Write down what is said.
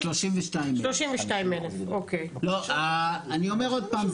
יש 32,000. אני אומר עוד פעם,